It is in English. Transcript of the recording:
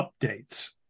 updates